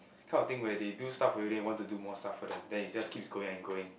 kind of thing where they do stuff for you then you want to do more stuff for them then it just keep going and going